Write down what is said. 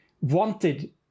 wanted